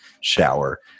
shower